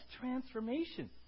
transformation